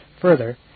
Further